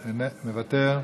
מוותר,